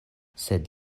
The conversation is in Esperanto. sed